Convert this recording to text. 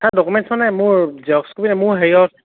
sir documents মানে মোৰ xerox copy নাই মোৰ হেৰিঅত